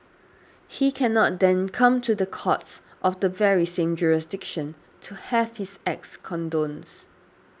he cannot then come to the courts of the very same jurisdiction to have his acts